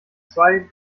zwei